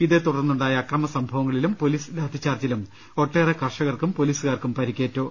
ഇതേ തുടർന്നുണ്ടായ അക്രമസംഭവങ്ങളിലും പൊലീസ് ലാത്തിച്ചാർജ്ജിലും ഒട്ടേറെ കർഷകർക്കും പൊലീസുകാർക്കും പരി ക്കേറ്റു